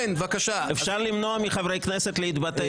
אפשר למנוע מחברי כנסת להתבטא?